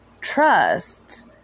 trust